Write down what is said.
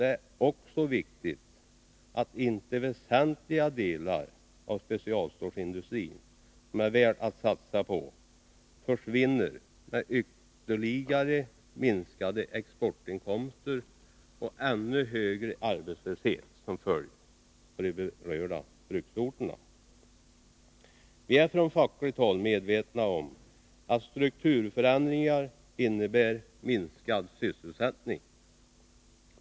Det är också viktigt att inte sådana väsentliga delar av specialstålsindustrin som är värda att satsa på försvinner, med ytterligare minskade exportinkomster och ännu högre arbetslöshet på de berörda bruksorterna som följd. Vi är från fackligt håll medvetna om att strukturförändringar innebär minskad sysselsättning.